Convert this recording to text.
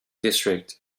district